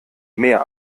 mehr